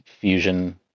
fusion